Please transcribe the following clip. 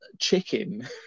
chicken